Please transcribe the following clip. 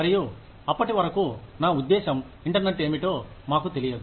మరియు అప్పటివరకూ నా ఉద్దేశ్యం ఇంటర్నెట్ ఏమిటో మాకు తెలియదు